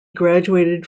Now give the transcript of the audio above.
graduated